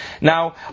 Now